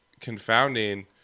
confounding